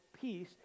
peace